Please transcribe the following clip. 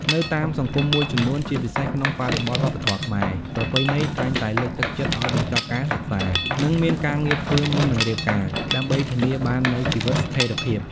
នៅតាមសង្គមមួយចំនួន ជាពិសេសក្នុងបរិបទវប្បធម៌ខ្មែរ ប្រពៃណីតែងតែលើកទឹកចិត្តឱ្យបញ្ចប់ការសិក្សា និងមានការងារធ្វើមុននឹងរៀបការ ដើម្បីធានាបាននូវជីវិតស្ថិរភាព។